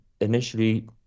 initially